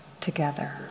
together